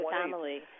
family